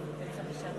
אתה יכול להצטרף